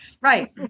Right